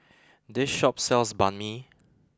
this shop sells Banh Mi